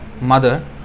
mother